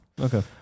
Okay